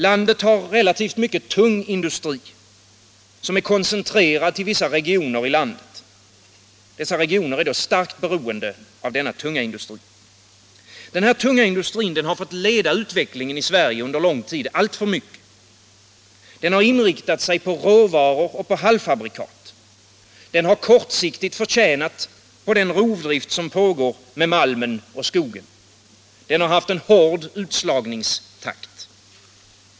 Landet har relativt mycket tung industri, koncentrerad till vissa regioner, som är starkt beroende av den. Denna tunga industri har fått leda utvecklingen i Sverige under lång tid alltför mycket. Den har inriktat sig på råvaror och halvfabrikat. Den har kortsiktigt tjänat på rovdriften med malm och skog. Den har haft en hård utslagningstakt.